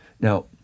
Now